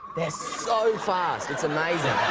so fast. it's amazing.